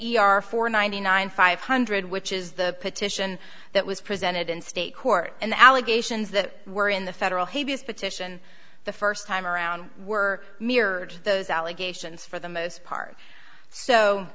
or for ninety nine five hundred which is the petition that was presented in state court and the allegations that were in the federal hades petition the first time around were mirrored those allegations for the most part so